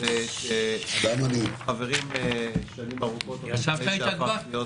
אנחנו חברים שנים ארוכות עוד לפני שהפכת להיות